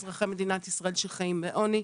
אזרחי מדינת ישראל שחיים בעוני.